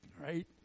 right